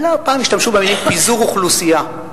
פעם השתמשו במלים "פיזור אוכלוסייה".